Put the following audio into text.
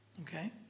Okay